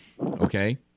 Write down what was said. Okay